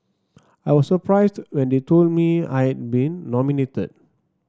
I was surprised when they told me I had been nominated